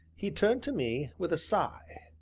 he turned to me with a sigh.